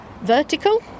vertical